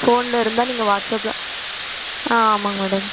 ஃபோனில் இருந்தால் நீங்கள் வாட்ஸ்ஸப்பில் ஆ ஆமாங்க மேடம்